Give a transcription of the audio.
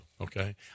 okay